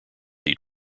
eat